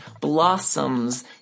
blossoms